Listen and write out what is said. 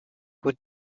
good